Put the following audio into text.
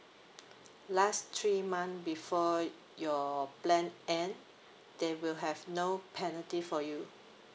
last three month before your plan end there will have no penalty for you